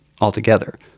altogether